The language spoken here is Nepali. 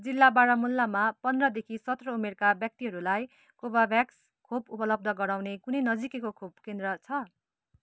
जिल्ला बारामुल्लामा पन्ध्रदेखि सत्र उमेरका व्यक्तिहरूलाई कोभाभ्याक्स खोप उपलब्ध गराउने कुनै नजिकैको खोप केन्द्र छ